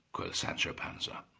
quoth sancho panza.